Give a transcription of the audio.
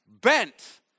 bent